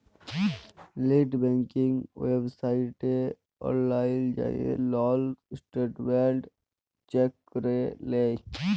late banking ওয়েবসাইটে অললাইল যাঁয়ে লল ইসট্যাটমেল্ট চ্যাক ক্যরে লেই